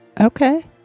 okay